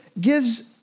gives